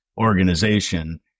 organization